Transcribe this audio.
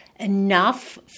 enough